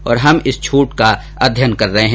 अब हम इस छूट का अध्ययन कर रहे हैं